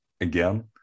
again